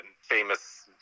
famous